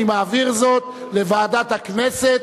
אני מעביר זאת לוועדת הכנסת,